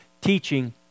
teaching